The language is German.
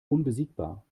unbesiegbar